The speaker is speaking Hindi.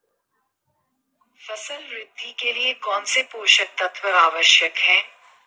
फसल वृद्धि के लिए कौनसे पोषक तत्व आवश्यक हैं?